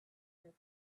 lived